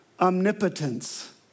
omnipotence